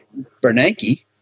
Bernanke